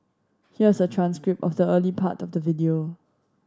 here's a transcript of the early part of the video